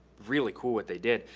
really cool what they did.